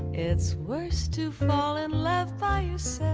it's worse to fall in love lines